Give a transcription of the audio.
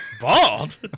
Bald